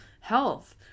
health